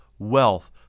wealth